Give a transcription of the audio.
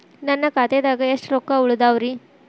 ನನ್ನ ಖಾತೆದಾಗ ಎಷ್ಟ ರೊಕ್ಕಾ ಉಳದಾವ್ರಿ?